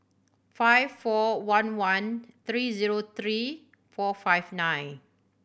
five four one one three zero three four five nine